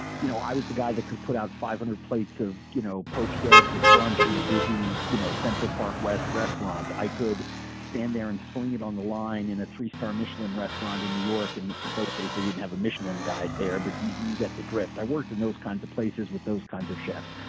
you know, i was the guy who could put out five hundred plates of you know poached eggs at brunch in a busy you know central park west restaurant. i could stand there and sling it on the line in a three star michelin restaurant in new york. and in those days, they did not and have a michelin guide there, but you get the drift. i worked in those kinds of places with those kinds of chefs.